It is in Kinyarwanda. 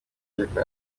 amategeko